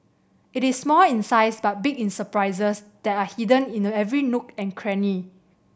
it is small in size but big in surprises that are hidden in a every nook and cranny